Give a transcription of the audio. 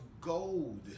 gold